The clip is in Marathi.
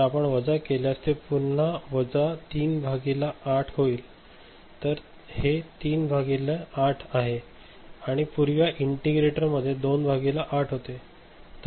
तर आपण वजा केल्यास ते पुन्हा वजा 3 भागिले 8 होईल तर हे वजा 3 भागिले 8 आहे आणि पूर्वी या इंटिग्रेटर मध्ये 2 भागिले 8 होते